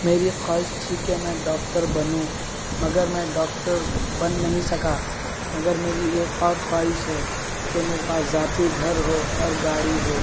میری ایک خواہش تھی کہ میں ڈاکٹر بنوں مگر میں ڈاکٹر بن نہیں سکا مگر میری ایک اور خواہش ہے کہ میرے پاس ذاتی گھر ہو اور گاڑی ہو